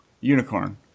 Unicorn